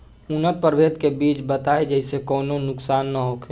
उन्नत प्रभेद के बीज बताई जेसे कौनो नुकसान न होखे?